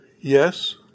yes